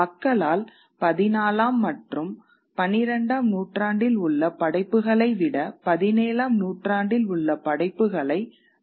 மக்களால் 14 ஆம் மற்றும் 12 ஆம் நூற்றாண்டில் உள்ள படைப்புகளை விட 17 ஆம் நூற்றாண்டில் உள்ள படைப்புகளை சுலபமாக அணுக முடியும்